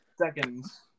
seconds